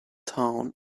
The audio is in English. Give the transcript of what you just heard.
town